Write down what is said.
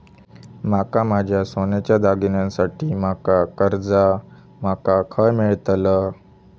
माका माझ्या सोन्याच्या दागिन्यांसाठी माका कर्जा माका खय मेळतल?